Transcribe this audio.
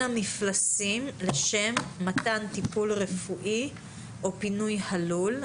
המפלסים לשם מתן טיפול רפואי או פינוי הלול.